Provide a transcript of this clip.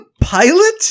pilot